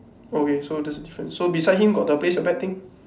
okay so that's a difference so beside him got the place your bet thing